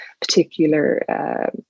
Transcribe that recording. particular